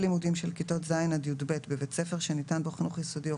8א1 לימודים של כיתות ה' עד ז' בבית ספר שניתן בו חינוך יסודי או